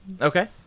Okay